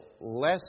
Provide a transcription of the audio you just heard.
less